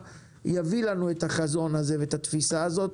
יביאו לנו את החזון הזה ואת התפיסה הזאת.